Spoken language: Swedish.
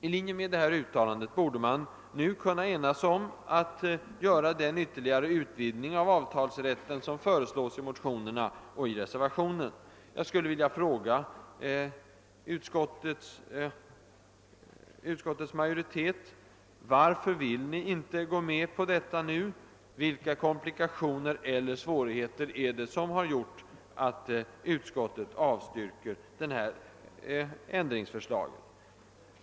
I linje med detta uttalande borde man kunna enas om att nu göra den ytterligare utvidgning av avtalsrätten som föreslås i motionerna och reservationen. Jag skulle vilja fråga utskottets majoritet: Varför vill ni i: te så med »å detta nu? Vilka komplikationer eller svårigheter är det som har gjort att utskottet avstyrker ändringsförslaget?